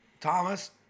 Thomas